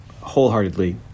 wholeheartedly